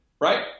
right